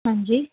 ਹਾਂਜੀ